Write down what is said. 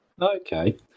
Okay